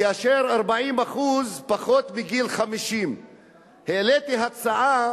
כאשר 40% מהן לפני גיל 50. העליתי הצעה